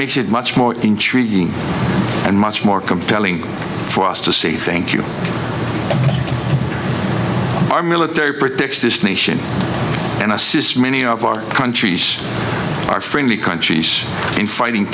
makes it much more intriguing and much more compelling for us to say thank you our military protect this nation and assist many of our countries our friendly countries in fighting